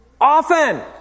Often